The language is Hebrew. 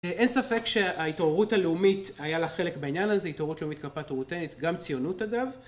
אין ספק שההתעוררות הלאומית היה לה חלק בעניין הזה, התעוררות לאומית קרפטו-רותנית, גם ציונות אגב